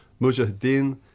Mujahideen